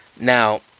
Now